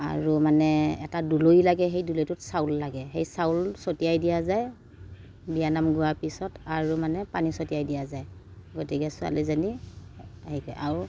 আৰু মানে এটা দুলৰি লাগে সেই দুলৰিটোত চাউল লাগে সেই চাউল ছটিয়াই দিয়া যায় বিয়া নাম গোৱাৰ পিছত আৰু মানে পানী ছটিয়াই দিয়া যায় গতিকে ছোৱালীজনী হেৰি কৰে আৰু